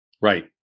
Right